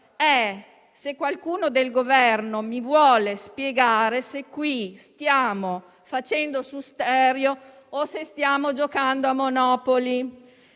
è se qualcuno del Governo mi volesse spiegare se qui stiamo facendo sul serio o se stiamo giocando a Monopoli.